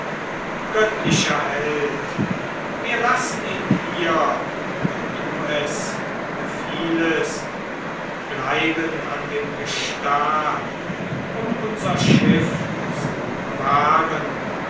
göttlicher held wir lassen ihn hier wenn du es befiehlest bleiben an dem gestad um unser schiff zu bewahren